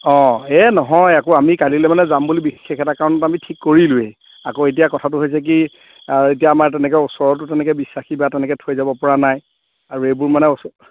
অ এই নহয় আকৌ আমি কালিলৈ মানে যাম বুলি বিশেষ এটা কাৰণত আমি ঠিক কৰিলোঁৱেই আকৌ এতিয়া কথাটো হৈছে কি আৰু এতিয়া আমাৰ তেনেকৈ ওচৰতো তেনেকৈ বিশ্বাসী বা তেনেকৈ থৈ যাব পৰা নাই আৰু এইবোৰ মানে ওচ